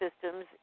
Systems